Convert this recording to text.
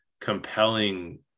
compelling